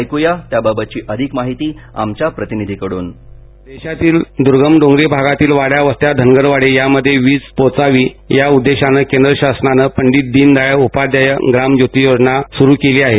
ऐक्या त्याबाबतची अधिक माहिती आमच्या प्रतिनिधीकडून देशातील दूर्गम डोंगरी भागातील वाड्या वस्त्या धनगरवाड्या यामध्ये वीज पोचावी या उद्देशानं केंद्र शासनानं पंडित दिनदयाळ उपाध्याय ग्रामज्योती योजना सुरु केली आहे